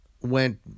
Went